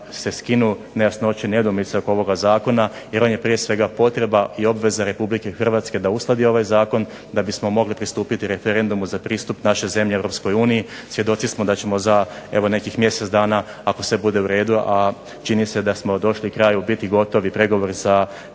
da se skinu nejasnoće, nedoumice oko ovog zakona jer je on prije svega potreba i obveza RH da uskladi ovaj zakon da bismo mogli pristupiti referendumu za pristup naše zemlje EU. Svjedoci smo da ćemo za evo nekih mjesec dana ako bude sve uredu, a čini se da smo došli kraju biti gotovi pregovori sa